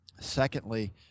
Secondly